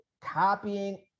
copying